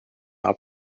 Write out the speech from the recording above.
our